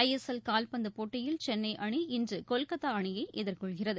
ஐ S L கால்பந்துப் போட்டியில் சென்னைஅணி இன்றுகொல்கத்தாஅணியைஎதிர்கொள்கிறது